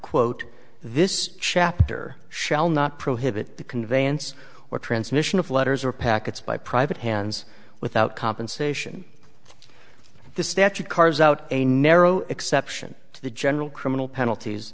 quote this chapter shall not prohibit the conveyance or transmission of letters or packets by private hands without compensation the statute cards out a narrow exception to the general criminal penalties